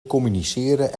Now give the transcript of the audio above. communiceren